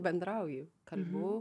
bendrauju kalbu